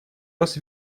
раз